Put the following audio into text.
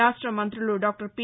రాష్ట్ర మంత్రులు doctor P